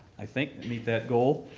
i think, meet that goal.